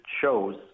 shows